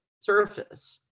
surface